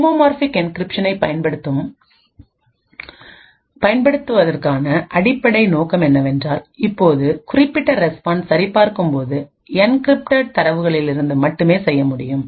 homomorphic என்கிரிப்ஷனைப் பயன்படுத்துவதற்கான அடிப்படை நோக்கம் என்னவென்றால்இப்போது குறிப்பிட்ட ரெஸ்பான்ஸை சரி பார்க்கும் போது என்கிரிப்டட் தரவுகளிலிருந்து மட்டுமே செய்ய முடியும்